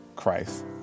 Christ